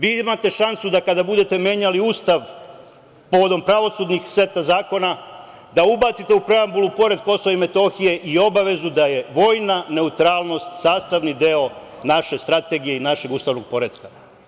Vi imate šansu da kada budete menjali Ustav povodom pravosudnih seta zakona da ubacite u preambulu pored Kosova i Metohije i obavezu da je vojna neutralnost sastavni deo naše strategije i našeg ustavnog poretka.